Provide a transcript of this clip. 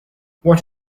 what